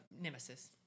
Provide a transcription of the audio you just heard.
Nemesis